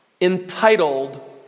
entitled